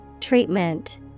Treatment